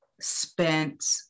spent